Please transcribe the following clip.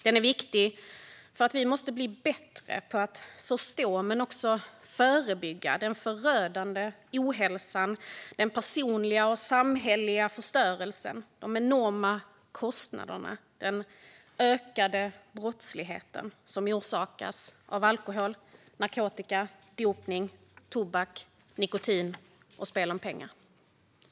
Den är viktig för att vi måste bli bättre på att förstå och förebygga den förödande ohälsa, den personliga och samhälleliga förstörelse, de enorma kostnader och den ökade brottslighet som orsakas av alkohol, narkotika, dopning, tobak, nikotin och om spel om pengar.